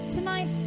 tonight